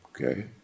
Okay